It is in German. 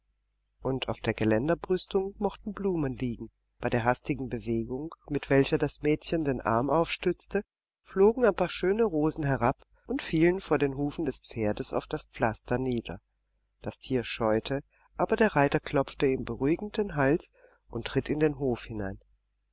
und auf der geländerbrüstung mochten blumen liegen bei der hastigen bewegung mit welcher das mädchen den arm aufstützte flogen ein paar schöne rosen herab und fielen vor den hufen des pferdes auf das pflaster nieder das tier scheute aber der reiter klopfte ihm beruhigend den hals und ritt in den hof herein